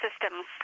systems